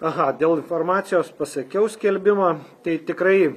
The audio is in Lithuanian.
aha dėl informacijos pasakiau skelbimą tai tikrai